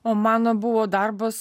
o mano buvo darbas